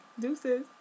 Deuces